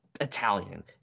italian